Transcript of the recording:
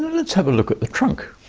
let's have a look at the trunk.